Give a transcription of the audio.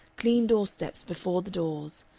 clean doorsteps before the doors,